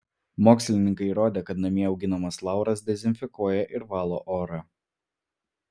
mokslininkai įrodė kad namie auginamas lauras dezinfekuoja ir valo orą